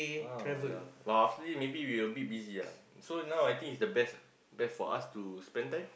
uh ya but after this maybe we a bit busy ah so now I think is the best ah best for us to spend time